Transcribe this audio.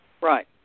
Right